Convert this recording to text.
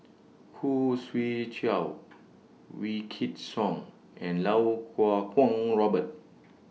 Khoo Swee Chiow Wykidd Song and Iau Kuo Kwong Robert